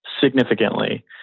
significantly